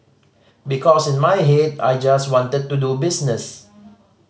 because in my head I just wanted to do business